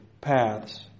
paths